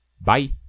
Bye